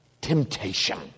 temptation